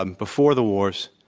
um before the wars,